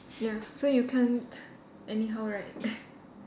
ya so you can't anyhow write